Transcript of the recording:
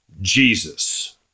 Jesus